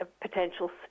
potential